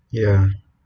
ya